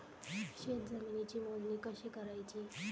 शेत जमिनीची मोजणी कशी करायची?